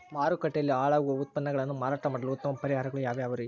ಮಾರುಕಟ್ಟೆಯಲ್ಲಿ ಹಾಳಾಗುವ ಉತ್ಪನ್ನಗಳನ್ನ ಮಾರಾಟ ಮಾಡಲು ಉತ್ತಮ ಪರಿಹಾರಗಳು ಯಾವ್ಯಾವುರಿ?